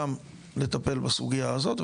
גם לטפל בסוגייה הזאת,